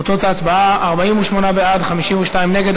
תוצאות ההצבעה: 48 בעד, 52 נגד.